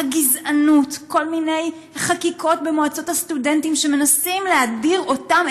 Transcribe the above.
הגזענות וכל מיני חקיקות במועצות הסטודנטים שמנסים להדיר אותם,